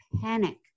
panic